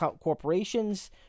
corporations